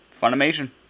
Funimation